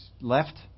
left